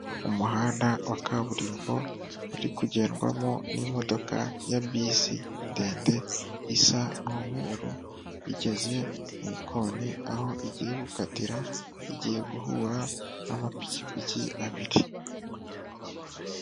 Umuhanda wa kaburimbo uri kugendwamo n'imodoka ya bisi ndende isa n'umweru igeze mu ikoni aho igiye gukatira, igiye guhura n'amapikipiki abiri.